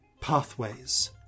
pathways